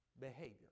behavior